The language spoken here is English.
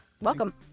Welcome